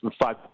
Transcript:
five